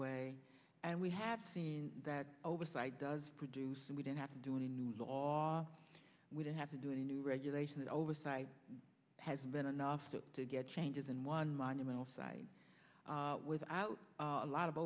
way and we have seen that oversight does produce and we didn't have to do any new law we didn't have to do any new regulation that oversight has been enough to get changes and one monumental side without a lot of